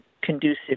conducive